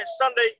Sunday